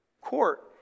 court